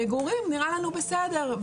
מגורים נראה לנו בסדר,